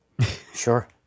Sure